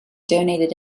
donated